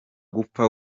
gupfa